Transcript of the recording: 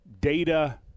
data